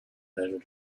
better